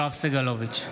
יואב סגלוביץ,